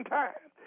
time